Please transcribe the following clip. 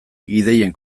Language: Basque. ideien